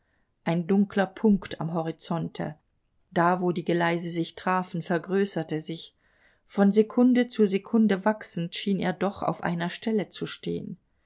ein dunkler punkt am horizonte da wo die geleise sich trafen vergrößerte sich von sekunde zu sekunde wachsend schien er doch auf einer stelle zu stehen